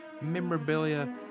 memorabilia